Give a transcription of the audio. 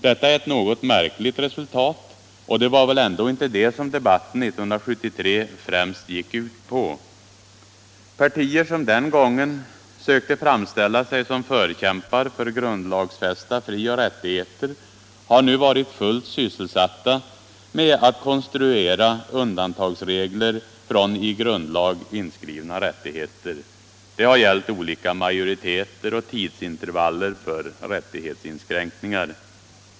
Detta är ett något märkligt resultat och det var väl ändå inte det som debatten 1973 främst gick ut på. Partier som den gången sökte framställa sig som förkämpar för grundlagsfästa frioch rättigheter har nu varit fullt sysselsatta med att konstruera regler om undantag från i grundlag inskrivna rättigheter. Det har gällt olika majoriteter och tidsintervaller för rättighetsinskränkningar.